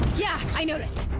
yeah. i noticed.